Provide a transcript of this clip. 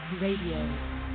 Radio